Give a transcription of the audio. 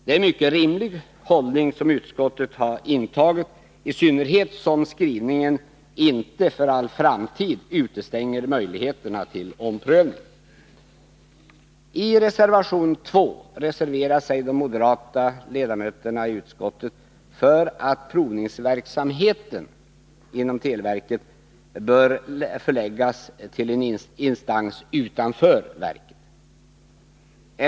Det är en mycket rimlig hållning som utskottet har intagit, i synnerhet som skrivningen inte för all framtid utestänger möjligheterna till omprövning. I reservation 2 reserverar sig de moderata ledamöterna i utskottet för att provningsverksamheten inom televerket bör förläggas till en instans utanför verket.